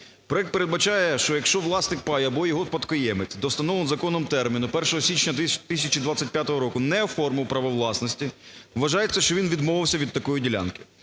Проект передбачає, що якщо власник паю або його спадкоємець до встановленого законом терміну 1 січня 2025 року не оформив права власності, вважається, що він відмовився від такої ділянки.